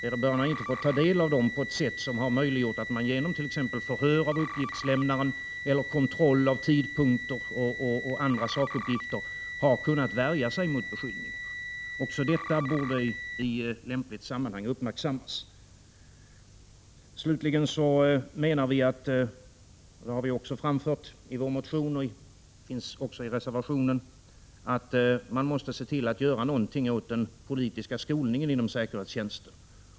Vederbörande har inte fått ta del av dem på ett sätt som möjliggjort att man t.ex. genom förhör av uppgiftslämnaren eller kontroll av tidpunkter och andra sakuppgifter kunnat I värja sig mot beskyllningarna. Också detta borde i lämpligt sammanhang | uppmärksammas. | Slutligen menar vi att man — det har vi också framfört i vår motion och det finns även i reservationen — måste göra någonting åt den politiska skolningen inom säkerhetstjänsten.